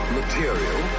material